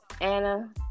Anna